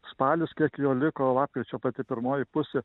spalis kiek jo liko lapkričio pati pirmoji pusė